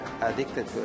addicted